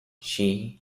she